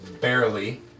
barely